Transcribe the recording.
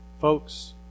folks